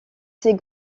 ses